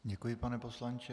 Děkuji, pane poslanče.